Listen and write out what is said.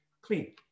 clean